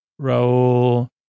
Raul